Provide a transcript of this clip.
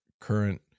current